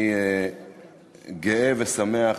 אני גאה ושמח,